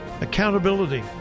accountability